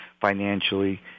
financially